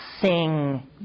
sing